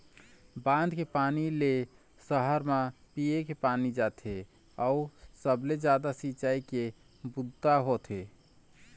बांध के पानी ले सहर म पीए के पानी जाथे अउ सबले जादा सिंचई के बूता होथे